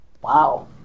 wow